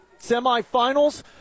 semifinals